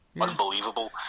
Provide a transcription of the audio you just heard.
unbelievable